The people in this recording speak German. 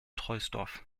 troisdorf